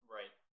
Right